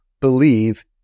Believe